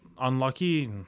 unlucky